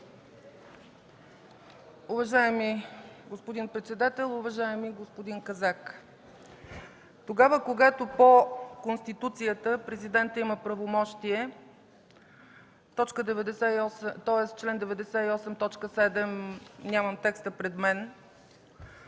Уважаеми господин председател! Уважаеми господин Казак, когато по Конституцията Президентът има правомощие – чл. 98, т. 7, нямам текста пред себе